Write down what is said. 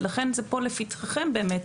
ולא זה פה לפתחכם באמת.